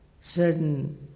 certain